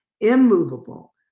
immovable